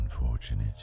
unfortunate